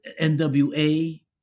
NWA